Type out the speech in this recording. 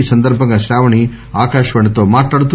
ఈ సందర్బంగా శ్రావణి ఆకాశవాణితో మాట్లాడుతూ